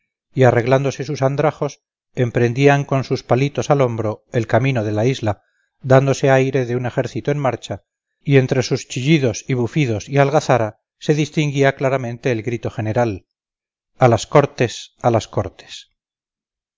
y arreglándose sus andrajos emprendían con sus palitos al hombro el camino de la isla dándose aire de un ejército en marcha y entre sus chillidos y bufidos y algazara se distinguía claramente el grito general a las cortes a las cortes